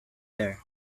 there